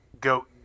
go